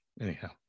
anyhow